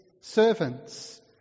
servants